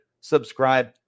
subscribe